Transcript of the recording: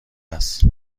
است